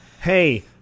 hey